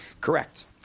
Correct